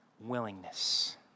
Willingness